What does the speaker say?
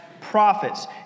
prophets